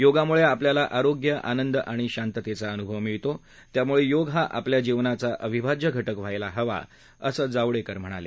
योगामुळे आपल्याला आरोग्य आनंद आणि शांततेचा अनुभव मिळतो त्यामुळे योग हा आपल्या जीवनाचा अविभाज्य घटक व्हायला हवा असं जावडेकर म्हणाले